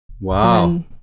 wow